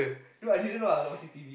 no I didn't know I watching T_V